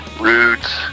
Roots